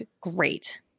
great